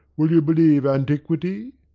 will you believe antiquity?